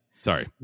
Sorry